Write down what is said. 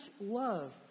love